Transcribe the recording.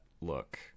look